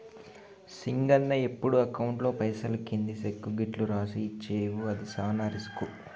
సింగన్న ఎప్పుడు అకౌంట్లో పైసలు కింది సెక్కు గిట్లు రాసి ఇచ్చేవు అది సాన రిస్కు